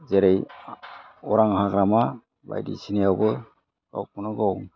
जेरै अरां हाग्रामा बायदिसिनायावबो गावखौनो गाव